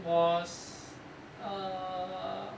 was err